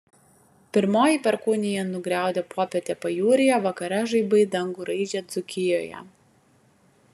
pirmoji perkūnija nugriaudė popietę pajūryje vakare žaibai dangų raižė dzūkijoje